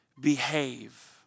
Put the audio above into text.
behave